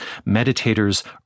meditators